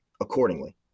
accordingly